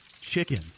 chicken